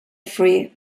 free